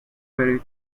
very